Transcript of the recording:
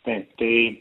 taip tai